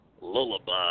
lullaby